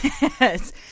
Yes